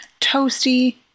Toasty